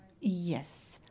Yes